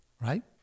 right